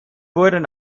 wurden